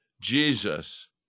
Jesus